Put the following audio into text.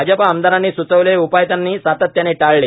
भाजप आमदारांनी सूचविलेले उपाय त्यांनी सातत्याने टाळले